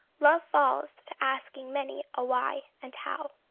love falls to asking many a why and how.